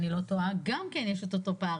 אם אני לא טועה, גם כן יש את אותו פער.